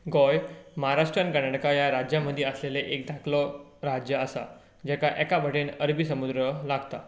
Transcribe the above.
गोंय महाराष्ट्रा आनी कर्नाटकान ह्या राज्यां मदीं आशिल्ले एक धाकलो राज्य आसा जाका एका वाटेन अरबी समुद्र लागता